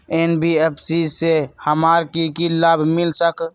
NBFC से हमार की की लाभ मिल सक?